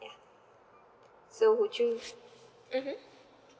ya so would you mmhmm